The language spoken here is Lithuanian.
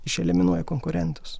išeliminuoja konkurentus